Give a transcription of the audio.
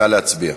נא להצביע.